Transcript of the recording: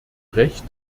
recht